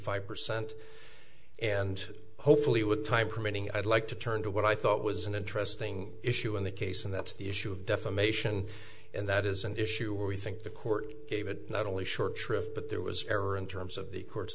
five percent and hopefully with time permitting i'd like to turn to what i thought was an interesting issue in the case and that's the issue of defamation and that is an issue where we think the court gave it not only short shrift but there was error in terms of the court's